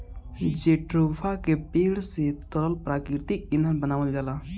jatropha के पेड़े से तरल प्राकृतिक ईंधन बनावल जाला